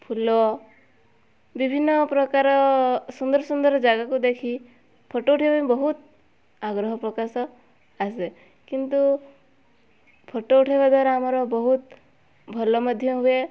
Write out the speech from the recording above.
ଫୁଲ ବିଭିନ୍ନ ପ୍ରକାର ସୁନ୍ଦର ସୁନ୍ଦର ଜାଗାକୁ ଦେଖି ଫଟୋ ଉଠାଇବା ପାଇଁ ବହୁତ ଆଗ୍ରହ ପ୍ରକାଶ ଆସେ କିନ୍ତୁ ଫଟୋ ଉଠାଇବା ଦ୍ୱାରା ଆମର ବହୁତ ଭଲ ମଧ୍ୟ ହୁଏ